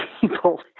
people